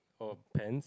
or pant